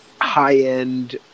high-end